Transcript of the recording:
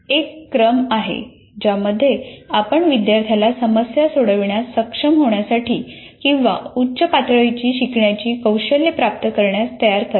एक क्रम आहे ज्यामध्ये आपण विद्यार्थ्याला समस्या सोडविण्यास सक्षम होण्यासाठी किंवा उच्च पातळीची शिकण्याची कौशल्ये प्राप्त करण्यास तयार करता